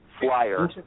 flyer